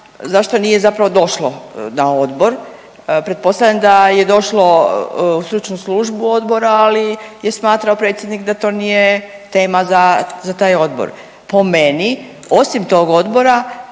zašto nije zapravo došlo na odbor? Pretpostavljam da je došlo u stručnu službu odbora, ali je smatrao predsjednik da to nije tema za taj odbor. Po meni osim tog odbora